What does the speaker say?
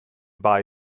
buy